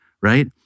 right